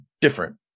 different